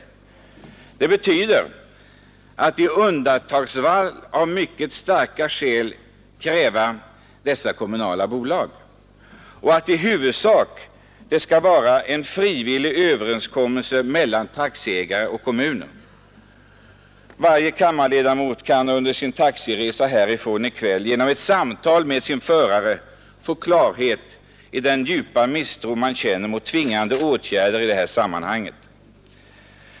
Det betyder att man endast i undantagsfall och när det föreligger mycket starka skäl kan bilda sådana kommunala bolag, och då i huvudsak bara enligt frivillig överenskommelse mellan taxiägare och kommuner. Varje kammarledamot kan under sin taxiresa härifrån i kväll genom ett samtal med föraren få klarhet om den djupa misstro man känner mot tvingande åtgärder i det här sammanhanget.